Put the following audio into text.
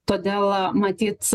todėl matyt